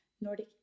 Nordic